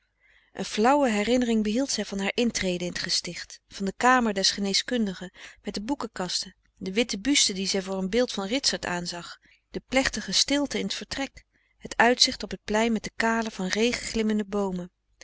een flauwe herinnering behield zij van haar intrede in t gesticht van de kamer des geneeskundigen met de boekenkasten de witte buste die zij voor een beeld van ritsert aanzag de plechtige stilte in t vertrek het uitzicht op t plein met de kale van regen glimmende boomen